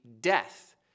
death